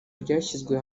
ryashyizwe